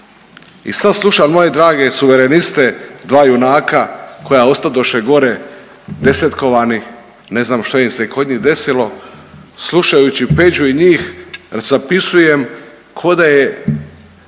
I sad slušam moje drage Suvereniste, dva junaka koja ostadoše gore desetkovani, ne znam što im se kod njih desilo, slušajući Peđu i njih zapisujem koda je